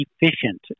efficient